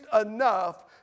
enough